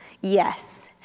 Yes